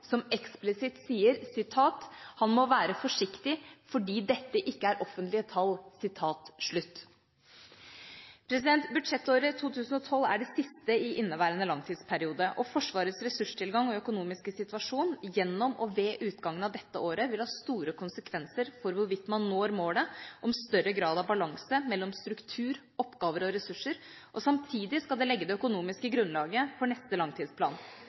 som eksplisitt sier at han må være forsiktig fordi dette ikke er offentlige tall. Budsjettåret 2012 er det siste i inneværende langtidsperiode. Forsvarets ressurstilgang og økonomiske situasjon gjennom og ved utgangen av dette året vil ha store konsekvenser for hvorvidt man når målet om større grad av balanse mellom struktur, oppgaver og ressurser, og vil samtidig legge det økonomiske grunnlaget for neste langtidsplan.